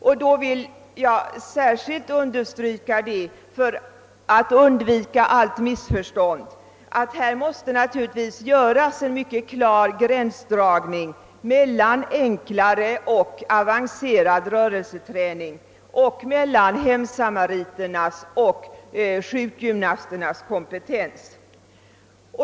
Jag vill särskilt understryka, för att undvika varje missförstånd, att det naturligtvis måste göras en mycket klar gränsdragning mellän enklare och avancerad rörelseträning : och mellan hemsamariternas och sjukgymnasternas kompetens.